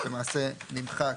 למעשה נמחק.